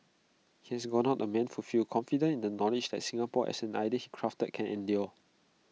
he has gone out A man fulfilled confident in the knowledge that Singapore as an idea he crafted can endure